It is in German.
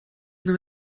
nur